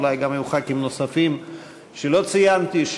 אולי גם לחברי כנסת נוספים שלא ציינתי,